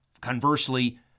conversely